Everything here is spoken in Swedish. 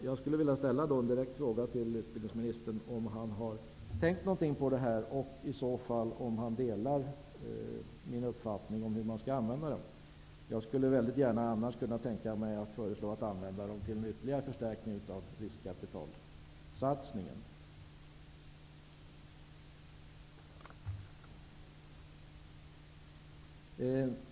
Jag vill som sagt fråga utbildningsministern om han har tänkt någonting på det här och om han i så fall delar min uppfattning om hur man skall använda pengarna. Jag skulle annars väldigt gärna kunna tänka mig att föreslå att de används till ytterligare förstärkning av riskkapitalsatsningen.